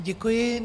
Děkuji.